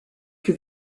que